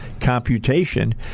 computation